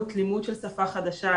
לימוד של שפה חדשה,